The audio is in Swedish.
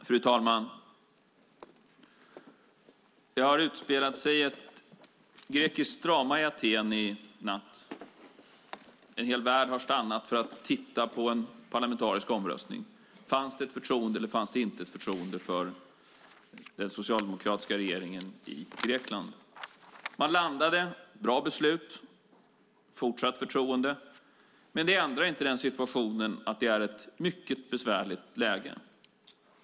Fru talman! Det har utspelat sig ett grekiskt drama i Aten i natt. En hel värld har stannat för att titta på en parlamentarisk omröstning. Fanns det ett förtroende eller fanns det inte ett förtroende för den socialdemokratiska regeringen i Grekland? Man landade i ett bra beslut med ett fortsatt förtroende, men det ändrar inte situationen. Det är ett mycket besvärligt läge.